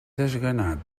desganat